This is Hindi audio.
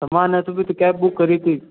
समान है तभी तो कैब बुक करी थी